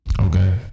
Okay